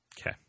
Okay